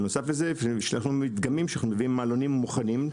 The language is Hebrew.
בנוסף לזה לפעמים יש לנו מדגמים שאנחנו מביאים מעלונים מוכנים,